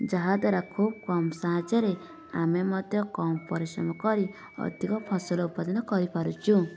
ଯାହା ଦ୍ୱାରା ଖୁବ୍ କମ୍ ସାହାଯ୍ୟରେ ଆମେ ମଧ୍ୟ କମ୍ ପରିଶ୍ରମ କରି ଅଧିକ ଫସଲ ଉତ୍ପାଦନ କରି ପାରୁଛୁ